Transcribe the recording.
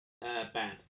Bad